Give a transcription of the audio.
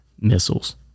missiles